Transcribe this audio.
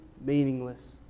meaningless